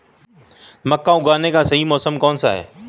मक्का उगाने का सही मौसम कौनसा है?